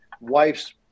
wife's